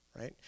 right